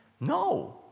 No